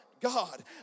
God